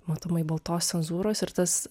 matomai baltos cenzūros ir tas